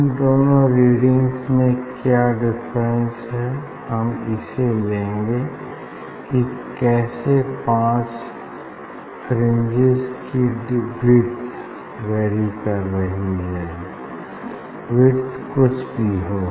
इन दोनों रीडिंग्स में क्या डिफरेंस है हम इसे लेंगे की कैसे पांच फ्रिंजेस की विड्थ वैरी कर रही है विड्थ कुछ भी हो